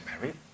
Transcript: married